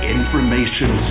Information